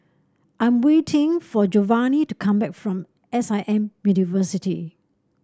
I'm waiting for Jovanni to come back from S I M University